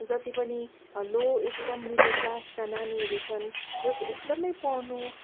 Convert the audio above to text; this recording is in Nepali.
जति पनि लो एकदम मिडल क्लासका नानीहरू छन् जो चाहिँ एकदमै पढ्नु